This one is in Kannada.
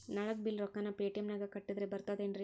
ನಳದ್ ಬಿಲ್ ರೊಕ್ಕನಾ ಪೇಟಿಎಂ ನಾಗ ಕಟ್ಟದ್ರೆ ಬರ್ತಾದೇನ್ರಿ?